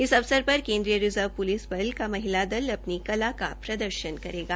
इस अवसर पर केन्द्रीय रिजर्व पुलिस बल का महिला दल अपनी कला का प्रदर्शन करेगा